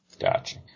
Gotcha